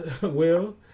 Will-